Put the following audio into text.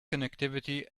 connectivity